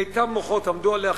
מיטב המוחות עבדו עליה,